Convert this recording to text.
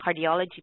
cardiology